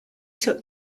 took